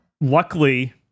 Luckily